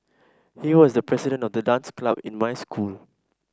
he was the president of the dance club in my school